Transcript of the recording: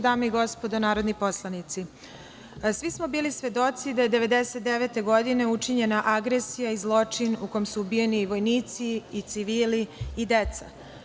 Dame i gospodo narodni poslanici, svi smo bili svedoci da je 1999. godine učinjena agresija i zločin u kom su ubijeni vojnici i civili i deca.